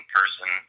person